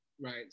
Right